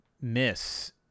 miss